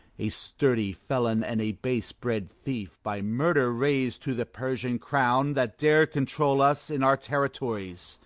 a sturdy felon, and a base-bred thief, by murder raised to the persian crown, that dare control us in our territories.